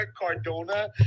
Cardona